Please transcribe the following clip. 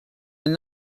and